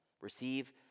Receive